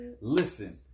Listen